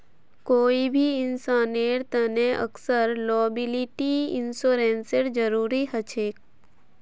कोई भी इंसानेर तने अक्सर लॉयबिलटी इंश्योरेंसेर जरूरी ह छेक